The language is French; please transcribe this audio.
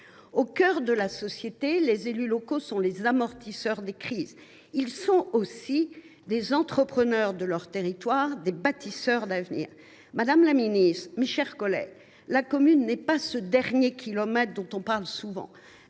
Au cœur de la société, les élus locaux sont les amortisseurs des crises. Ils sont aussi des entrepreneurs de leurs territoires, des bâtisseurs d’avenir. Madame la ministre, mes chers collègues, la commune n’est pas ce dernier kilomètre dont on entend souvent